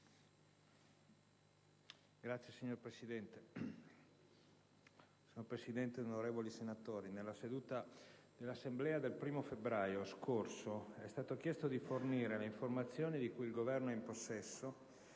dell'interno*. Signor Presidente, onorevoli senatori, nella seduta dell'Assemblea del 1° febbraio scorso è stato chiesto di fornire le informazioni di cui il Governo è in possesso